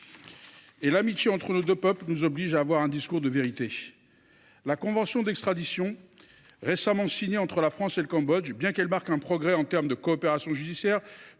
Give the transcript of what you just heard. Or l’amitié entre nos deux peuples nous oblige à tenir un discours de vérité. La convention d’extradition récemment signée entre la France et le Cambodge, bien qu’elle marque un progrès en matière de coopération judiciaire,